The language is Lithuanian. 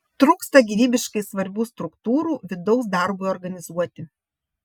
trūksta gyvybiškai svarbių struktūrų vidaus darbui organizuoti